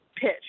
pitch